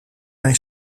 mijn